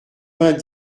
vingt